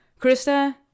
Krista